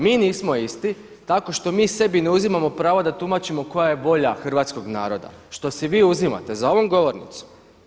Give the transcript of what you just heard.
Mi nismo isti tako što mi sebi ne uzimamo pravo da tumačimo koja je volja hrvatskog naroda što si vi uzimate za ovom govornicom.